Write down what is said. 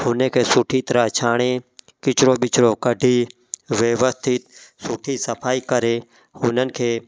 हुन खे सुठी तरह छाणे किचिरो विचरो कढी व्यवस्थित सुठी सफ़ाई करे हुननि खे